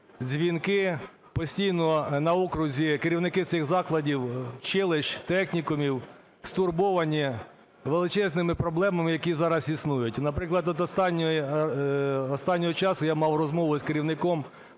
дзвінки, постійно на окрузі керівники цих закладів, училищ, технікумів, стурбовані величезними проблемами які зараз існують. Наприклад, от останнього часу я мав розмову із керівником